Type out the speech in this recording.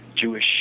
Jewish